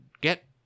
Get